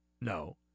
no